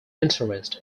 interest